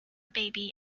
baby